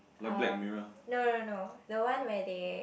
um no no no the one where they